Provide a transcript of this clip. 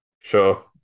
Sure